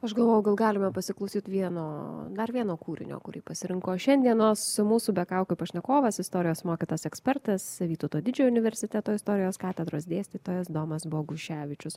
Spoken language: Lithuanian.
aš galvoju gal galime pasiklausyt vieno dar vieno kūrinio kurį pasirinko šiandienos mūsų be kaukių pašnekovas istorijos mokytojas ekspertas vytauto didžiojo universiteto istorijos katedros dėstytojas domas boguševičius